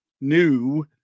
new